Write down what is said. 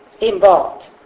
involved